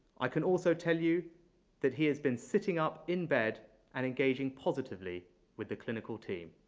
i can also tell you that he has been sitting up in bed and engaging positively with the clinical team.